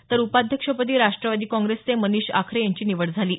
तर उपाध्यक्षपदी राष्ट्रवादी काँग्रेसचे मनिष आखरे यांची निवड झाली आहे